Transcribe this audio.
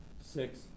Six